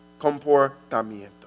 comportamiento